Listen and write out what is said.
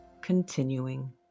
continuing